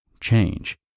change